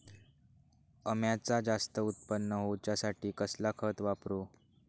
अम्याचा जास्त उत्पन्न होवचासाठी कसला खत वापरू?